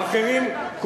האחרים,